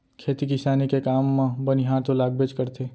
खेती किसानी के काम म बनिहार तो लागबेच करथे